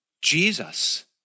Jesus